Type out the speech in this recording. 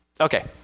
Okay